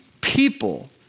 people